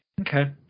okay